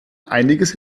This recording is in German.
einiges